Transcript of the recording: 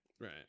right